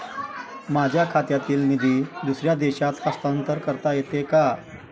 माझ्या खात्यातील निधी दुसऱ्या देशात हस्तांतर करता येते का?